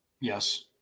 yes